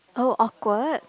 oh awkward